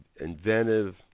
inventive